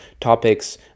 topics